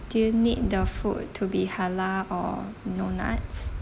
do you need the food to be halal or no nuts